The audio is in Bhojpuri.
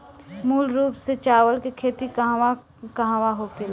मूल रूप से चावल के खेती कहवा कहा होला?